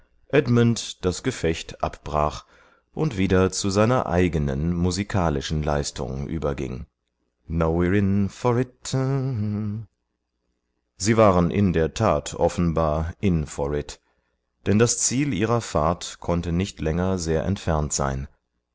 edmund das gefecht abbrach und wieder zu seiner eigenen musikalischen leistung überging now we're in for it sie waren in der tat offenbar in for it denn das ziel ihrer fahrt konnte nicht länger sehr entfernt sein